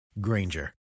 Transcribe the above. Granger